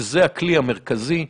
שזה הכלי המרכזי.